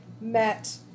Met